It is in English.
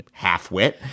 halfwit